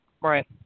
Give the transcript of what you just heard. Right